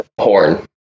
Horn